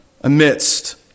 amidst